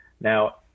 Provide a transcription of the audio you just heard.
Now